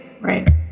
Right